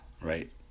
right